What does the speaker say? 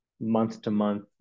month-to-month